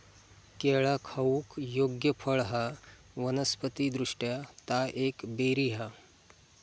केळा खाऊक योग्य फळ हा वनस्पति दृष्ट्या ता एक बेरी हा